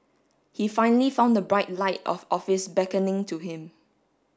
he finally found the bright light of office beckoning to him